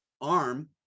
arm